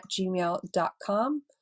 gmail.com